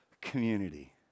community